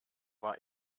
war